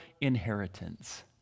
inheritance